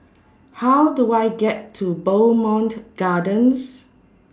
How Do I get to Bowmont Gardens